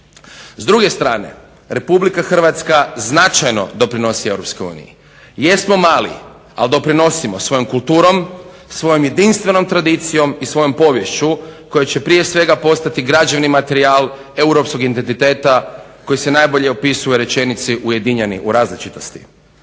S druge strane RH značajno doprinosi EU. Jesmo mali, ali doprinosimo svojom kulturom, svojom jedinstvenom tradicijom i svojom poviješću koja će prije svega postati građevni materijal europskog identiteta koji se najbolje opisuje u rečenici ujedinjeni u različitosti.